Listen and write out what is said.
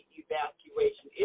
evacuation